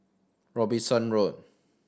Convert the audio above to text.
Robinson Road